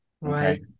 Right